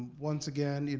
once again, and